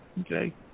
okay